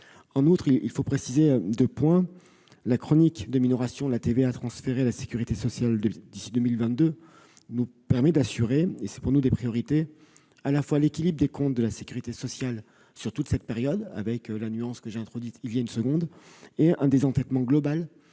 encore à préciser deux points. D'une part, la chronique de minoration de la TVA transférée à la sécurité sociale d'ici à 2022 nous permet d'assurer- et il s'agit pour nous d'une priorité -à la fois l'équilibre des comptes de la sécurité sociale sur toute cette période, avec la nuance que j'ai introduite à l'instant, et un désendettement global